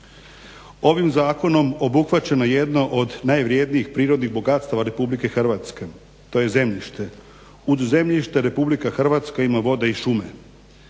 Ovim Zakonom obuhvaćeno je jedno od najvrednijih prirodnih bogatstava Republike Hrvatske to je zemljište. Uz zemljište Republika Hrvatska ima vode i šume.